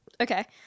Okay